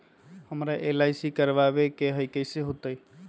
हमरा एल.आई.सी करवावे के हई कैसे होतई?